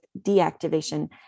deactivation